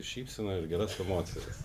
šypseną ir geras emocijas